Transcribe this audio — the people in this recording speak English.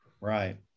Right